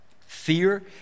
fear